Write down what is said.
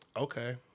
okay